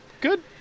good